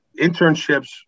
internships